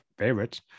favorites